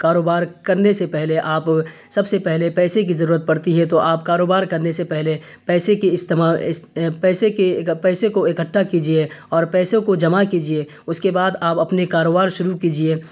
کاروبار کرنے سے پہلے آپ سب سے پہلے پیسے کی ضرورت پڑتی ہے تو آپ کاروبار کرنے سے پہلے پیسے کے استعمال پیسے کے پیسے کو اکٹھا کیجیے اور پیسے کو جمع کیجیے اس کے بعد آپ اپنے کاروبار شروع کیجیے